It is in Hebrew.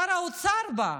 שר האוצר בא.